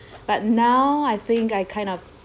but now I think I kind of